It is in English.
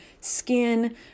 skin